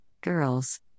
Girls